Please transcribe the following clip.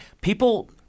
People